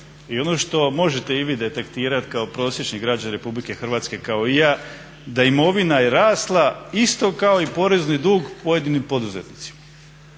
i ono što možete i vi detektirati kao prosječni građanin RH kao i ja, da imovina je rasla isto kao i porezni dug pojedinim poduzetnicima.